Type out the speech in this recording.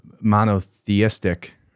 monotheistic